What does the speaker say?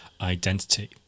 Identity